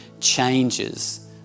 changes